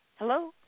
Hello